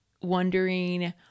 wondering